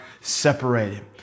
separated